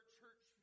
church